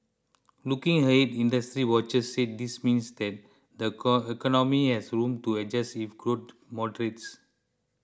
looking ahead industry watchers said this means that the core economy has room to adjust if growth moderates